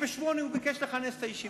בשמונה הוא ביקש לכנס את הישיבה,